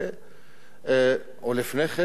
בן או בת 17 או לפני כן,